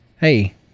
Hey